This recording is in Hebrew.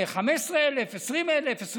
ל-15,000, 20,000, 25,000?